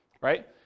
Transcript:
right